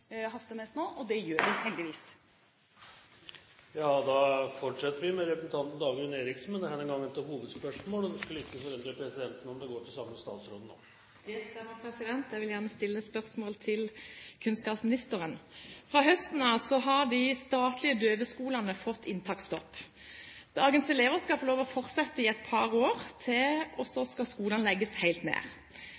nå. Og det gjør vi heldigvis. Vi går til neste hovedspørsmål. Vi fortsetter med Dagrun Eriksen, og det skulle ikke forundre presidenten om spørsmålet går til samme statsråden også. Det stemmer. Jeg vil gjerne stille et spørsmål til kunnskapsministeren. Fra høsten av har de statlige døveskolene fått inntaksstopp. Dagens elever skal få lov til å fortsette et par år til, og så